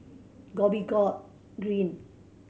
Dhoby Ghaut Green